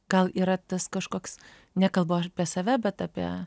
gal yra tas kažkoks nekalbu apie save bet apie